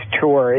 tour